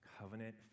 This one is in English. covenant